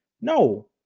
No